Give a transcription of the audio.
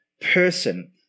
person